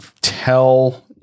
tell